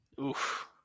oof